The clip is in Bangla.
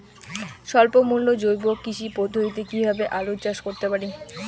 স্বল্প মূল্যে জৈব কৃষি পদ্ধতিতে কীভাবে আলুর চাষ করতে পারি?